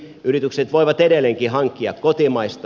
yritykset voivat edelleenkin hankkia kotimaista